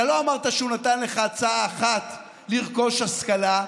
אתה לא אמרת שהוא נתן לך הצעה אחת: לרכוש השכלה,